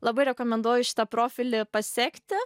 labai rekomenduoju šitą profilį pasekti